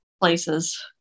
places